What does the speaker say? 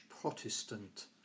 Protestant